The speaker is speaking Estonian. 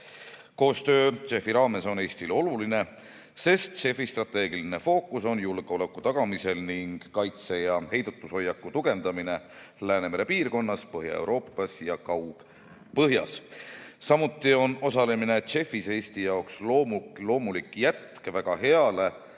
Koostöö JEF‑i raames on Eestile oluline, sest JEF‑i strateegiline fookus on julgeoleku tagamisel ning kaitse- ja heidutushoiaku tugevdamisel Läänemere piirkonnas, Põhja-Euroopas ja Kaug-Põhjas. Samuti on osalemine JEF‑is Eesti jaoks loomulik jätk väga heale,